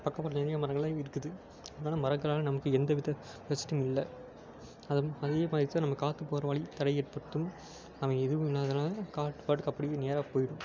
பக்கமாட்டில் நிறைய மரங்கள்லாம் இருக்குது அதனால் மரங்களால் நமக்கு எந்த வித பிரச்சினையும் இல்லை அதம் அதிகமாயிடுச்சா நம்ம காற்று போகிற வழி தடை ஏற்படுத்தும் அவை எதுவும் இல்லாததால் காற்று பாட்டுக்கு அப்படியே நேராக போய்விடும்